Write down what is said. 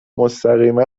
مستقیما